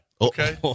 Okay